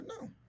no